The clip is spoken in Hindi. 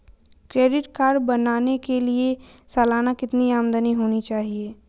क्रेडिट कार्ड बनाने के लिए सालाना कितनी आमदनी होनी चाहिए?